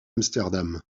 amsterdam